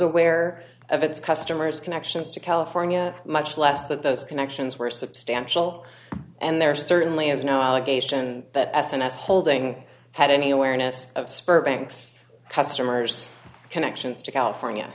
aware of its customers connections to california much less that those connections were substantial and there certainly is no allegation that s n s holding had any awareness of sperm banks customers connections to california